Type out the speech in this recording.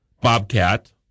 Bobcat